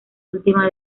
última